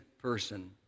person